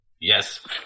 Yes